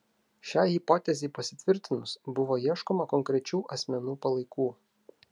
šiai hipotezei pasitvirtinus buvo ieškoma konkrečių asmenų palaikų